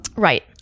Right